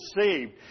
saved